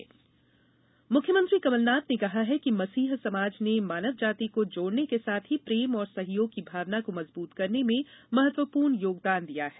Christmas मुख्यमंत्री कमलनाथ ने कहा है कि मसीह समाज ने मानव जाति को जोड़ने के साथ ही प्रेम और सहयोग की भावना को मजबूत करने में महत्वपूर्ण योगदान दिया है